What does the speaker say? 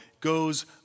goes